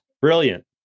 brilliant